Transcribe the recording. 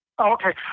Okay